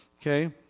Okay